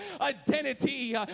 identity